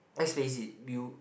as lazy view